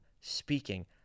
speaking